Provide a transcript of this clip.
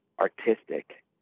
artistic